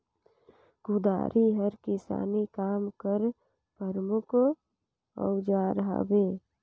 कुदारी हर किसानी काम कर परमुख अउजार हवे